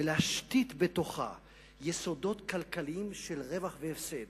ולהשתית בתוכה יסודות כלכליים של רווח והפסד,